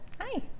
Hi